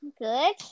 Good